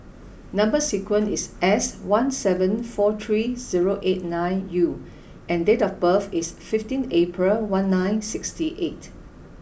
number sequence is S one seven four three zero eight nine U and date of birth is fifteen April one nine sixty eight